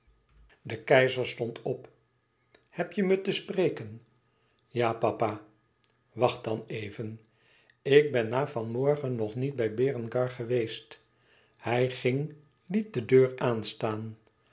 de keizer stond op heb je me te spreken ja papa wacht dan even ik ben na van morgen nog niet bij berengar geweest hij ging liet de deur aanstaan